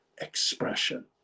expression